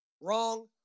wrong